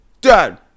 dad